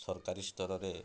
ସରକାରୀ ସ୍ତରରେ